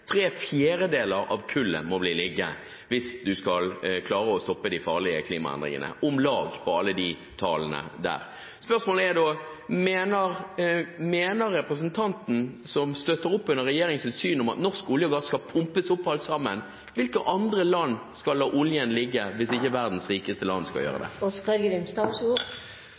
tre fjerdedeler av kullet må bli liggende hvis man skal klare å stoppe de farlige klimaendringene – alle tallene er cirkatall. Spørsmålet er da: Mener representanten, som støtter opp om regjeringens syn, at all norsk olje og gass skal pumpes opp? Hvilke andre land skal la oljen ligge, hvis ikke verdens rikeste land skal gjøre det?